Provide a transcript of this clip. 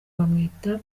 bamwita